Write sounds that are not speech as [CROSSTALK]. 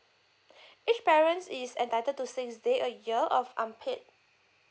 [BREATH] each parents is entitled to six day a year of unpaid